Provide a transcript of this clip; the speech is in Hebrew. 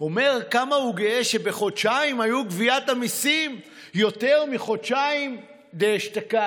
אומר כמה הוא גאה שבחודשיים הייתה גביית המיסים יותר מחודשיים דאשתקד.